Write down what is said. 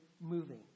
moving